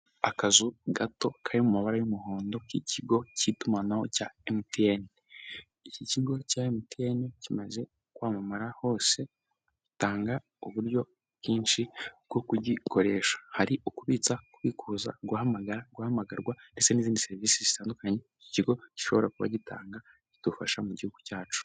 Akazu gato kari mumabara y'umuhondo ikigo cy'itumanaho cya mtn iki kigo cya mtn kimaze kwamamara hose gitanga uburyo bwinshi bwo kugikoresha hari ukubitsa kwifuza guhamagara guhamagarwa ndetse n'izindi serivisi zitandukanye iki kigo gishobora kuba gitanga zidufasha mu gihugu cyacu.